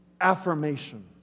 Affirmation